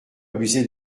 abuser